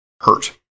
hurt